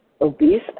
obese